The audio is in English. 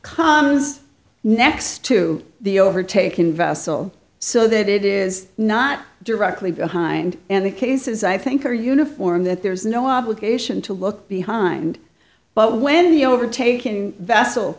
comes next to the overtaken vessel so that it is not directly behind and the cases i think are uniform that there is no obligation to look behind but when the overtaking vessel